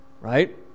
right